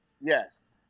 Yes